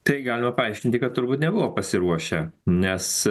tai galima paaiškinti kad turbūt nebuvo pasiruošę nes